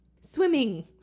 Swimming